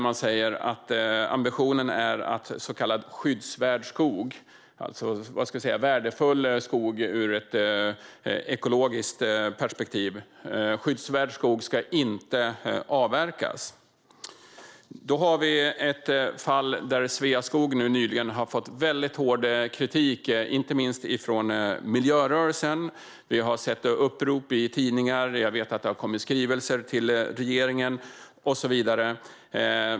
Man säger att ambitionen är att så kallad skyddsvärd skog - värdefull skog ur ett ekologiskt perspektiv - inte ska avverkas. I ett fall har Sveaskog nyligen fått väldigt hård kritik, inte minst från miljörörelsen. Vi har sett upprop i tidningar. Jag vet att det har kommit skrivelser till regeringen och så vidare.